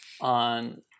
on